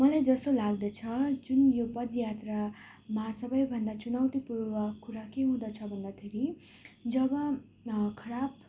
मलाई जस्तो लाग्दछ जुन यो पदयात्रामा सबैभन्दा चुनौतीपूर्ण कुरा के हुँदछ भन्दाखेरि जब खराब